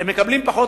הם מקבלים פחות